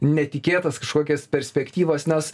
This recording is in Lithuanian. netikėtas kažkokias perspektyvas nes